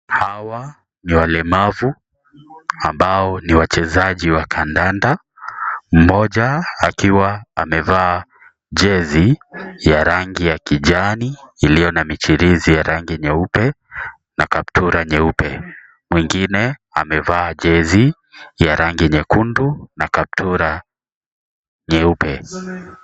Hawa ni walemavu ambao ni wachezaji wa kadanda , mmoja akiwa amevaa jezi ya rangi ya kijani iliyo na michirizi ya rangi nyeupe na kaptura nyeupe , mwingine amevaa jezi ya rangi nyekundu na kaptura nyeupe.